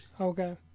Okay